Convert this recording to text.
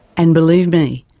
and believe me,